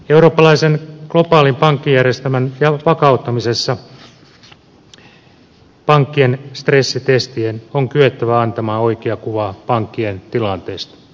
eurooppalaisen globaalin pankkijärjestelmän vakauttamisessa pankkien stressitestien on kyettävä antamaan oikea kuva pankkien tilanteesta